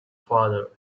father